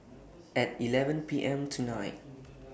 At eleven P M tonight